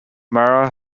mara